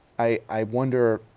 i, i wonder,